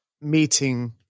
meeting